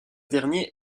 dernier